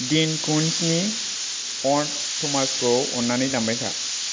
दिन कुन्ट्सनि अन थमासखौ अननानै दामबाय था